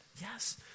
Yes